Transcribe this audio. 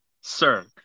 sir